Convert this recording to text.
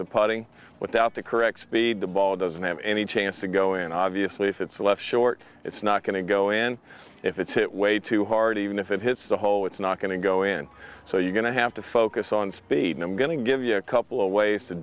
to putting without the correct speed the ball doesn't have any chance to go and obviously if it's left short it's not going to go in if it's hit way too hard even if it hits the hole it's not going to go in so you're going to have to focus on speed and i'm going to give you a couple of ways to